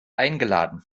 eingeladen